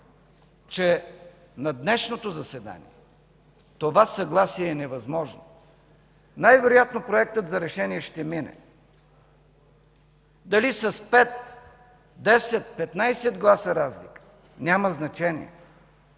че на днешното заседание това съгласие е невъзможно. Най-вероятно Проектът за решение ще мине – дали с пет-десет-петнайсет гласа разлика, няма значение.